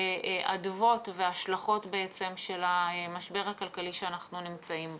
כאדוות והשלכות של המשבר הכלכלי שאנחנו נמצאים בו.